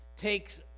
takes